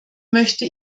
möchte